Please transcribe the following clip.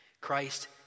Christ